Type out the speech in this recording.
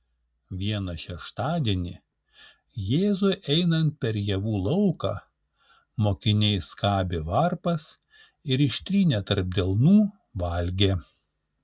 vieną šeštadienį jėzui einant per javų lauką mokiniai skabė varpas ir ištrynę tarp delnų valgė